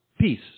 peace